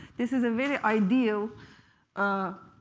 this is a very ideal ah